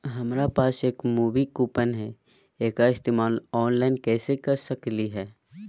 हमरा पास एक मूवी कूपन हई, एकरा इस्तेमाल ऑनलाइन कैसे कर सकली हई?